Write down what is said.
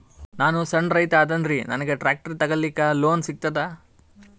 ನಾನ್ ಸಣ್ ರೈತ ಅದೇನೀರಿ ನನಗ ಟ್ಟ್ರ್ಯಾಕ್ಟರಿ ತಗಲಿಕ ಲೋನ್ ಸಿಗತದ?